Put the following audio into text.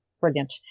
brilliant